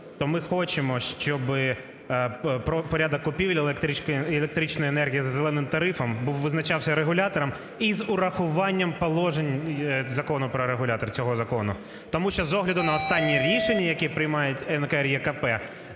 то ми хочемо, щоб порядок купівлі електричної енергії за "зеленим" тарифом був… визначався регулятором із врахуванням положень Закону про регулятор цього закону. Тому що, з огляду на останні рішення, які приймає НКРЕКП,